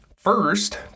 First